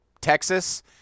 Texas